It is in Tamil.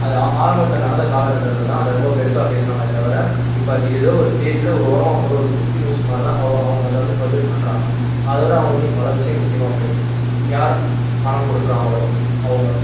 அதை ஆ ஆரம்பத்தில் நடந்தக் காலக்கட்டத்தில் தான் அதை ரொம்ப பெருசாக பேசினாங்களே தவிர இப்போ அது ஏதோ ஒரு பேஜ்ஜில் ஒரு ஓரமாக போடுறதுக்கு குட்டி நியூஸ் மாதிரி தான் அவ் அவங்க அதை வந்து ப்ரொஜெக்ட் பண்ணுறாங்க அதோடு அவர்களுக்கு இங்கே பல விஷயங்கள் முக்கியமாக போயிருச்சு யார் பணம் கொடுக்குறாங்களோ அவங்க